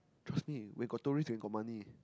trust me where got tourist then got money